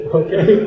okay